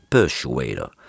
Persuader